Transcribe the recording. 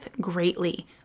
greatly